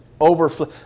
overflow